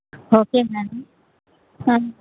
okay madam